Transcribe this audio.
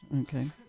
Okay